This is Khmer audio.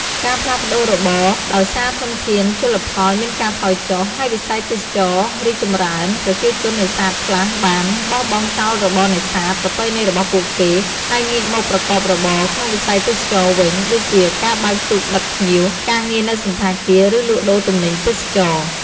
ការផ្លាស់ប្តូររបរ ដោយសារធនធានជលផលមានការថយចុះ ហើយវិស័យទេសចរណ៍រីកចម្រើន ប្រជាជននេសាទខ្លះបាន បោះបង់ចោលរបរនេសាទ ប្រពៃណីរបស់ពួកគេ ហើយងាកមកប្រកបរបរក្នុងវិស័យទេសចរណ៍វិញ ដូចជាការបើកទូកដឹកភ្ញៀវ ការងារនៅសណ្ឋាគារ ឬលក់ដូរទំនិញទេសចរណ៍។